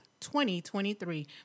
2023